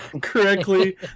correctly